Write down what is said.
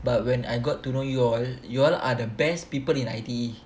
but when I got to know you all you all are the best people in I_T_E